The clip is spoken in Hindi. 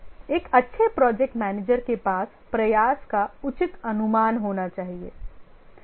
एक अच्छे प्रोजेक्ट मैनेजर के पास प्रयास का उचित अनुमान होना चाहिए